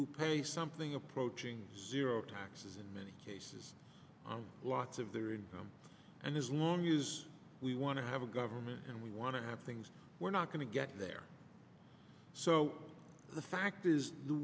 who pay something approaching zero taxes in many cases lots of them and as long use we want to have a government and we want to have things we're not going to get there so the fact is the